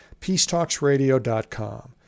peacetalksradio.com